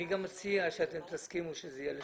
אני מציע שתסכימו שזה יהיה לשנתיים.